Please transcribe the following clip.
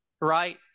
right